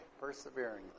Perseveringly